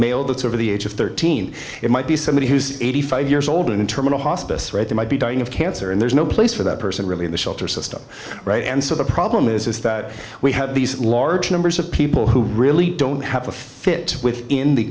male that's over the age of thirteen it might be somebody who's eighty five years old in terminal hospice right they might be dying of cancer and there's no place for that person really in the shelter system right and so the problem is is that we have these large numbers of people who really don't have a fit within the